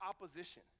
opposition